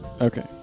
Okay